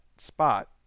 spot